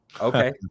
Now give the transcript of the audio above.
Okay